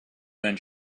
when